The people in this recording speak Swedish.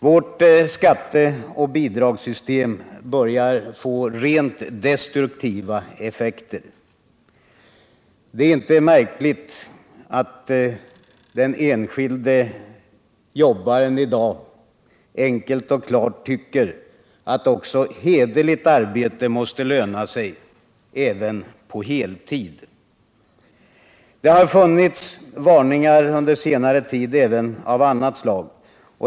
Vårt skatteoch bidragssystem börjar få rent destruktiva effekter. Det är då inte märkligt att den enskilde arbetaren i dag enkelt och klart tycker att också hederligt arbete måste löna sig — även på heltid. Det har under senare tid även funnits varningar av annat slag.